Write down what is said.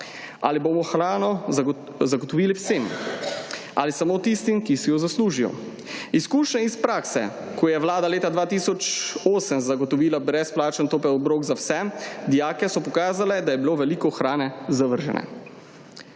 Ali bomo hrano zagotovili vsem? Ali samo tistim, ki si jo zaslužijo? Izkušnje iz prakse, ko je vlada leta 2008 zagotovila brezplačen topel obrok za vse dijake so pokazale, da je bilo veliko hrane zavržene.